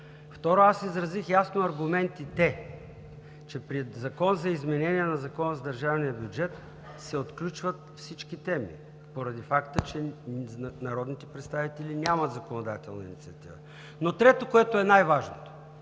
Второ, аз изразих ясно аргументите, че при Закон за изменение на Закона за държавния бюджет се отключват всички теми, поради факта, че народните представители нямат законодателна инициатива. Но, трето, което е най-важното